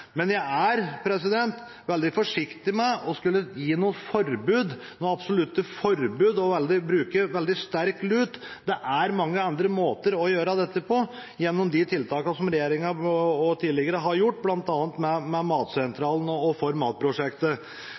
Men jeg er veldig forsiktig med å skulle gi noe forbud, noen absolutte forbud, og bruke veldig sterk lut. Det er mange andre måter å gjøre dette på, bl.a. gjennom de tiltakene som regjeringa – også tidligere – har gjort, f.eks. Matsentralen og ForMat-prosjektet. Det er i dag en fordel for